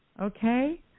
okay